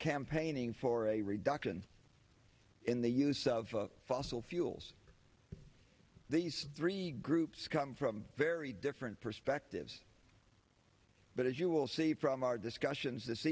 campaigning for a reduction in the use of fossil fuels these three groups come from very different perspectives but as you will see from our discussions this